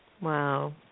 Wow